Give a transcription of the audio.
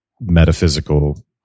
metaphysical